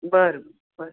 बरं बरं